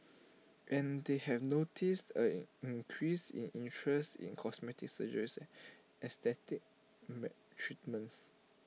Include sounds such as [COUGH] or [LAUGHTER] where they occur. and they have noticed A an increase in interest in cosmetic surgeries aesthetic [UNINTELLIGIBLE] treatments